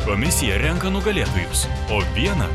komisija renka nugalėtojus o vieną